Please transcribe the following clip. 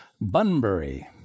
Bunbury